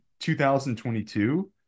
2022